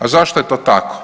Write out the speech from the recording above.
A zašto je to tako?